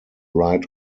right